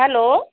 hello